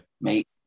Mate